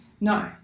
No